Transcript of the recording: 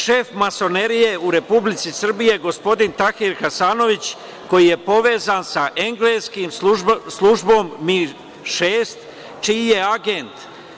Šef masonerije u Republici Srbiji je gospodin Takir Hasanović, koji je povezan sa engleskom službom MI6, čiji je agent.